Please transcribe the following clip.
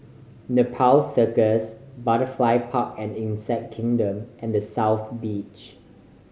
Nepal Circus Butterfly Park and Insect Kingdom and The South Beach